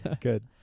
Good